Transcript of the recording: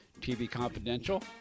tvconfidential